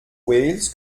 wales